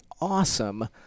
awesome